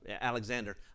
Alexander